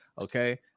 Okay